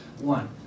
One